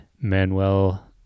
manuel